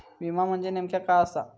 विमा म्हणजे नेमक्या काय आसा?